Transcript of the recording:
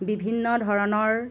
বিভিন্ন ধৰণৰ